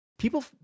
People